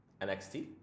NXT